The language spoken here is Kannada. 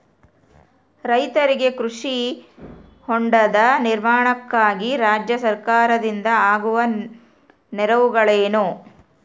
ರೈತರಿಗೆ ಕೃಷಿ ಹೊಂಡದ ನಿರ್ಮಾಣಕ್ಕಾಗಿ ರಾಜ್ಯ ಸರ್ಕಾರದಿಂದ ಆಗುವ ನೆರವುಗಳೇನು?